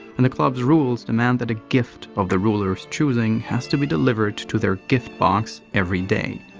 and the club's rules demand that a gift of the ruler's choosing has to be delivered to their gift box, every day.